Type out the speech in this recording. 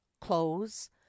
clothes